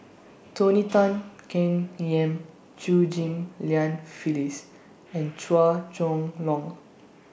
Tony Tan Keng Yam Chew Ghim Lian Phyllis and Chua Chong Long